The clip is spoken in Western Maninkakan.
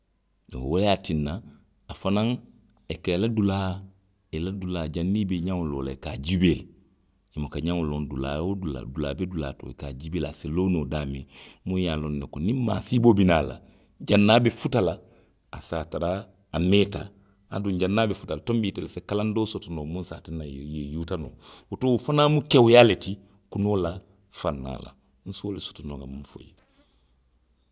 Wo ye a tinna a fanaŋ i ka i dulaa, i la dulaa janniŋ i be ňeŋo loo la jee. i ka a juubee le. I muka ňeŋo loŋ dulaa woo dulaa, dulaa be dulaa to, i ka a jiibee le, i se loo noo daamiŋ, muŋ ye a loŋ ne ko niŋ maasiiboo bi naa la, janniŋ a be futa la. a se a tara, a meeta. aduŋ. janniŋ a be futa la, tonbiŋ itelu se kalaŋ doo soto noo muŋ se a tinna i ye, i ye yuta noo. Woto wo fanaŋ mu kewuyaa le ti kunoo la fannaa la. Nse wo le soto noo nŋa miŋ fo i ye